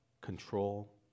control